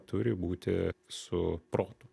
turi būti su protu